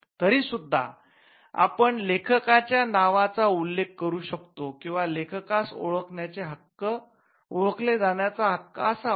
तरी सुद्धा आपण लेखकांच्या नावाचा उल्लेख करू शकतो किंवा लेखकास ओळखले जाण्याचा हक्क असावा